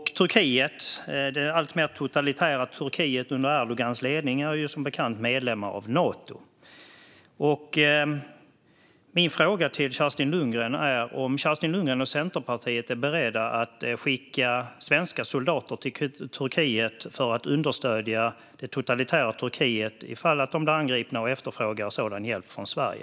Det alltmer totalitära Turkiet under Erdogans ledning är ju som bekant medlem av Nato. Min fråga till Kerstin Lundgren är om Kerstin Lundgren och Centerpartiet är beredda att skicka svenska soldater till Turkiet för att understödja det totalitära Turkiet ifall de blir angripna och efterfrågar sådan hjälp från Sverige.